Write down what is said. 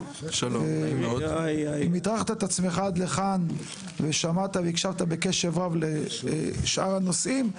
אם הטרחת את עצמך עד לכאן ושמעת והקשבת בקשב רב לשאר הנושאים,